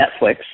Netflix